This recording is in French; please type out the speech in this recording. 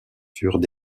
furent